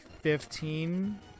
fifteen